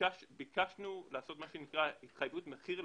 ביקשנו לעשות התחייבות מחיר,